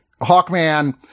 Hawkman